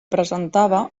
presentava